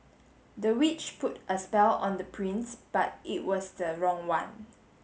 the witch put a spell on the prince but it was the wrong one